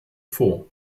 vor